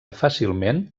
fàcilment